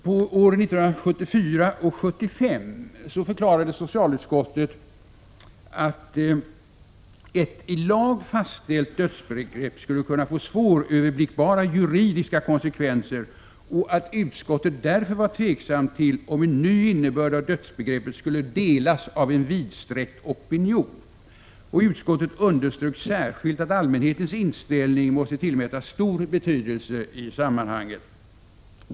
1974 och 1975 förklarade socialutskottet att ett i lag fastställt dödsbegrepp skulle kunna få svåröverblickbara juridiska konsekvenser och att utskottet därför var tveksamt till om en ny innebörd av dödsbegreppet skulle godtas av en vidsträckt opinion. Utskottet underströk särskilt att allmänhetens inställning måste tillmätas stor betydelse i sammanhanget.